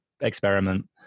experiment